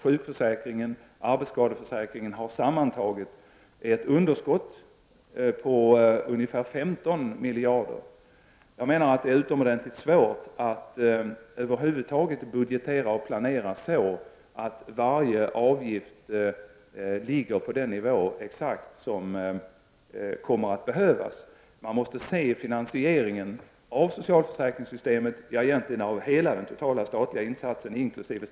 Sjukförsäkringen och arbetsskadeförsäkringen har sammantaget ett underskott på ungefär 15 miljarder. Det är utomordentligt svårt att över huvud taget budgetera och planera så att varje avgift skall ligga på exakt den nivå som kommer att behövas. Man måste se finansieringarna av socialförsäkringssystemet, egentligen av hela den statliga insatsen inkl.